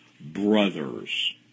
brothers